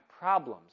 problems